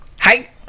Hi